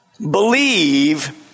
Believe